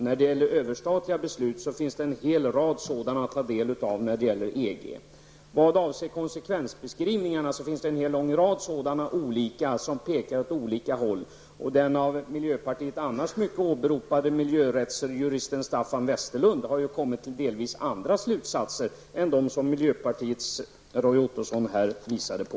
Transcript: När det gäller EG finns en hel rad överstatliga beslut att ta del av. Vad avser konsekvensbeskrivningar finns en hel lång rad sådana, som pekar åt olika håll. Den av miljöpartiet annars mycket åberopade miljörättsjuristen Staffan Westerlund har ju kommit till delvis andra slutsatser än dem miljöpartiets Roy Ottosson här visade på.